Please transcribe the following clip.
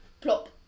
plop